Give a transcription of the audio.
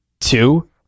Two